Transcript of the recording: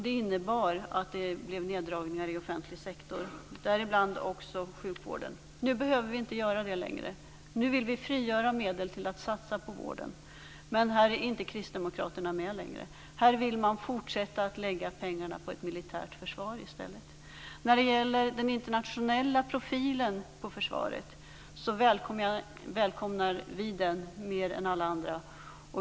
Det innebar att det blev neddragningar i offentlig sektor, däribland sjukvården. Nu behöver vi inte göra det längre. Nu vill vi frigöra medel för att satsa på vården. Men här är inte kristdemokraterna med längre. Man vill fortsätta att lägga pengarna på ett militärt försvar i stället. Den internationella profilen på försvaret välkomnar vi mer än alla andra.